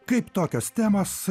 kaip tokios temos